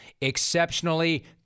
exceptionally